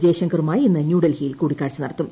ജയശങ്കറുമായി ഇന്ന് ന്യൂഡൽഹിയിൽ കൂടിക്കാഴ്ച നടത്തും